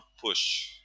push